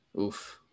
Oof